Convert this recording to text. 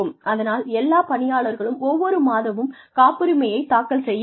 அதனால் எல்லா பணியாளர்களும் ஒவ்வொரு மாதமும் காப்புரிமையை தாக்கல் செய்ய வேண்டும்